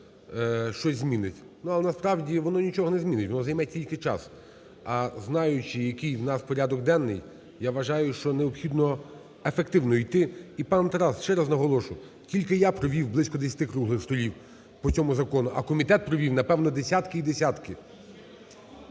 щось змінить. Ну, але насправді воно нічого не змінить, воно займе тільки час. А знаючи, який у нас порядок денний, я вважаю, що необхідно ефективно іти. І, пане Тарасе, ще раз наголошую: тільки я провів близько 10 круглих столів по цьому закону, а комітет провів напевно десятки і десятки.